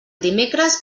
dimecres